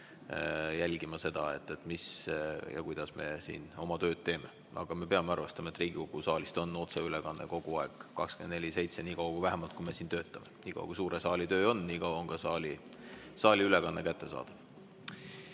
jälgima seda, mis ja kuidas me oma tööd teeme. Aga me peame arvestama, et Riigikogu saalist on otseülekanne kogu aeg, 24/7, nii kaua vähemalt, kui me siin töötame. Nii kaua, kui suure saali töö on, nii kaua on ka saali ülekanne kättesaadav. Tõnis